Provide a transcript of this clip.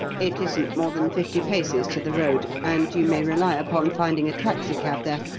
it isn't more than fifty paces to the road and you may rely upon finding a taxicab there.